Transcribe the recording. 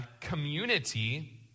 community